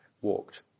walked